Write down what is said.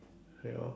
ya